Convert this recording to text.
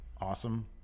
awesome